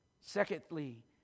Secondly